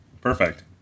Perfect